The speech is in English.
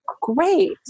great